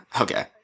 Okay